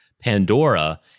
Pandora